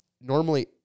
normally